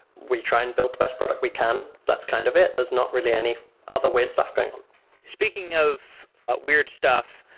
we try and build the best product we can, that's kind of it. there's not really any other weird stuff going on speaking of weird stuff,